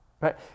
right